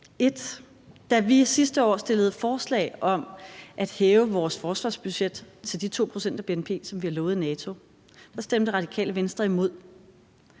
1: Da vi sidste år fremsatte et forslag om at hæve vores forsvarsbudget til de 2 pct. af bnp, som vi har lovet NATO, stemte Radikale Venstre imod.